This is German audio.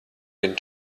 den